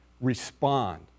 respond